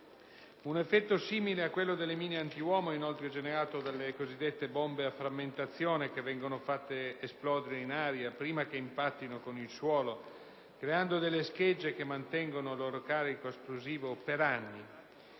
Un effetto simile a quello delle mine antiuomo è inoltre generato dalle cosiddette bombe a frammentazione, che vengono fatte esplodere in aria prima che impattino con il suolo, creando delle schegge che mantengono il loro carico esplosivo per anni.